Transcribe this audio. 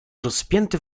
rozpięty